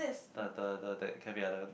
the the the that cafe are the